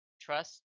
trust